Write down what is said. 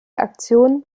aktion